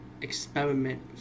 experiment